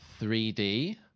3D